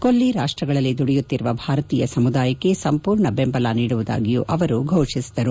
ಕೊಲ್ಲಿ ರಾಷ್ಟಗಳಲ್ಲಿ ದುಡಿಯುತ್ತಿರುವ ಭಾರತೀಯ ಸಮುದಾಯಕ್ಕೆ ಸಂಪೂರ್ಣ ಬೆಂಬಲ ನೀಡುವುದಾಗಿಯೂ ಅವರು ಘೋಷಿಸಿದರು